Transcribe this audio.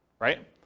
right